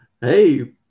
hey